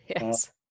Yes